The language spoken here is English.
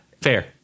fair